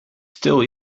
still